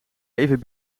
even